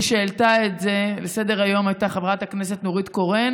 מי שהעלתה את זה לסדר-היום הייתה חברת הכנסת נורית קורן,